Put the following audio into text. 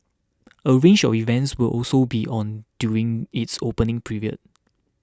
a range of events will also be on during its opening period